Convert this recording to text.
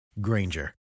Granger